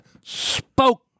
spoke